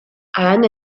avendo